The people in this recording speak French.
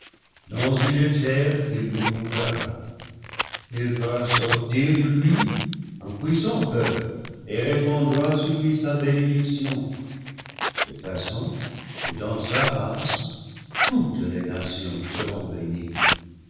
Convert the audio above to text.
dans une terre qu'il lui montrera il fera sortir de lui un puissant peuple et répandra sur lui sa bénédiction de façon que dans sa race toutes les nations seront bénies